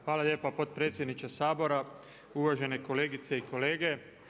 Hvala lijepa potpredsjedniče Sabora, uvažene kolegice i kolege.